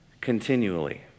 continually